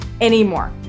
anymore